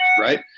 right